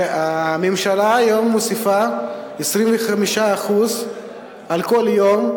שהממשלה היום מוסיפה 25% על כל יום,